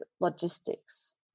logistics